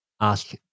ask